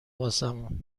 واسمون